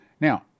Now